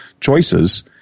choices